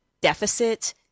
deficit